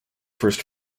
first